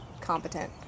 competent